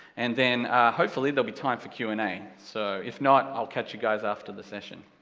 and then hopefully, there'll be time for q and a, so, if not, i'll catch you guys after the session.